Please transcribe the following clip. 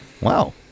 Wow